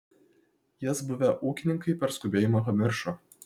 jas buvę ūkininkai per skubėjimą pamiršo